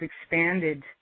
expanded